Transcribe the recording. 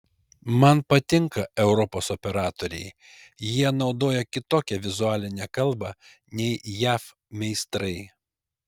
man patinka europos operatoriai jie naudoja kitokią vizualinę kalbą nei jav meistrai